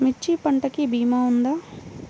మిర్చి పంటకి భీమా ఉందా?